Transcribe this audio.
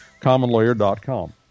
commonlawyer.com